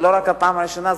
ולא רק הפעם הראשונה,